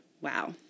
Wow